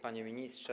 Panie Ministrze!